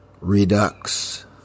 Redux